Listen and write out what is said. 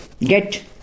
get